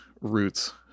roots